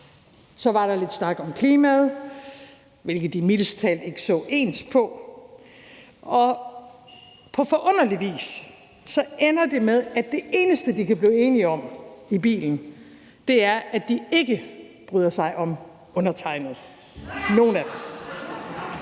Så var der lidt snak om klimaet, hvilket de mildest talt ikke så ens på, og på forunderlig vis ender det med, at det eneste, de kan blive enige om i bilen, er, at de ikke bryder sig om undertegnede – nogen af dem!